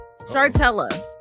Chartella